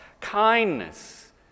kindness